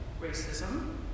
racism